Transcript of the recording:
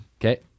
Okay